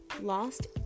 lost